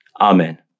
Amen